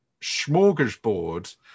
smorgasbord